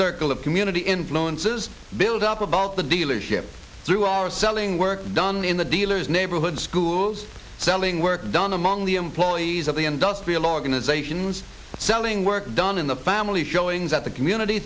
circle of community influences build up about the dealership through our selling work done in the dealers neighborhood schools selling work done among the employees of the industrial organizations selling work done in the family showings at the community